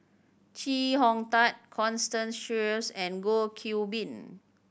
Chee Hong Tat Constance Sheares and Goh Qiu Bin